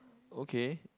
okay